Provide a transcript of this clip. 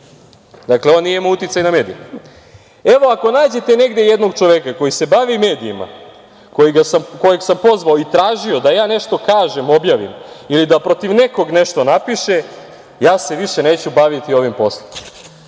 Dakle, on nije imao uticaj na medije. Kaže - evo, ako nađete negde jednog čoveka koji se bavi medijima, kojeg sam pozvao i tražio da ja nešto kažem, objavim ili da protiv nekog nešto napiše, ja se više neću baviti ovim